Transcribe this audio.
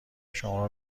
شما